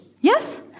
Yes